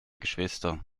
geschwister